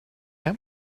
how